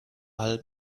all